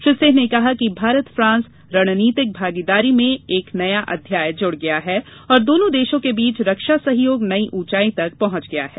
श्री सिंह ने कहा कि भारत फ्रांस रणनीतिक भागीदारी में एक नया अध्याय जूड़ गया है और दोनों देशों के बीच रक्षा सहयोग नई ऊंचाई तक पहुंच गया है